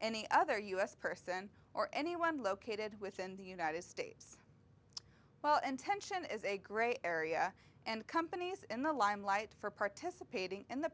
any other u s person or anyone located within the united states well intentioned is a gray area and companies in the limelight for participating in the